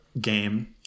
game